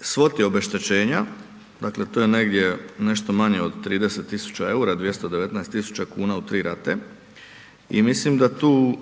svoti obeštećenja, dakle to je negdje nešto manje od 30 tisuća eura, 219 tisuća kuna u tri rate i mislim da tu